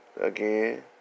Again